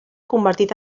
convertit